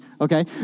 okay